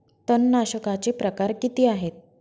तणनाशकाचे प्रकार किती आहेत?